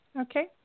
Okay